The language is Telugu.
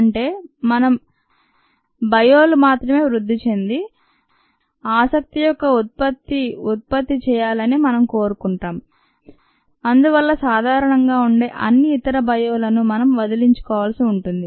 అంటే మన బయోలు మాత్రమే వృద్ధి చెంది ఆసక్తి యొక్క ఉత్పత్తిని ఉత్పత్తి చేయాలని మనం కోరుకుంటాం అందువల్ల సాధారణంగా ఉండే అన్ని ఇతర బయో లను మనం వదిలించుకోవాల్సి ఉంటుంది